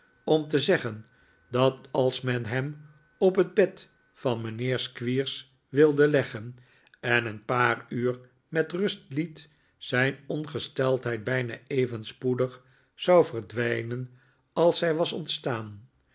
om te zeggeli dat als men hem op het bed van mijnheer squeers wilde leggen en een paar uur met rust liet zijn ongesteldheid bijna even spoedig zou verdwijnen als zij was ontstaan